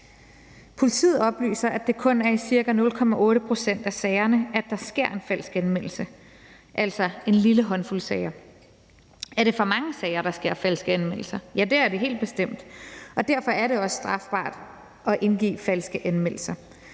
Politiet oplyser, at det kun er i ca. 0,8 pct. af sagerne, at der sker en falsk anmeldelse, altså en lille håndfuld sager. Er det for mange sager, der sker falske anmeldelser i? Ja, det er det helt bestemt, og derfor er det også strafbart at indgive falske anmeldelser.